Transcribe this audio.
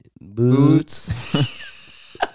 Boots